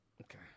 Okay